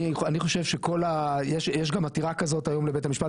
אני חושב שככל שיש גם עתירה כזאת היום לבית המשפט